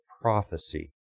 prophecy